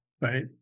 right